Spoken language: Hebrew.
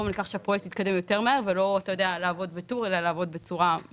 לכך שהפרויקט יתקדם יותר מהר ולא לעבוד בטור אלא לעבוד במקביל.